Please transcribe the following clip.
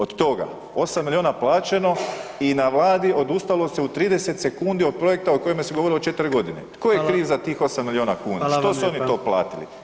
Od toga, 8 milijuna plaćeno i na Vladi odustalo se u 30 sekundi od projekta o kojima se govorilo 4 godine [[Upadica: Hvala.]] Tko je kriv za tih 8 milijuna kuna? [[Upadica: Hvala vam lijepa.]] Što su oni to platili?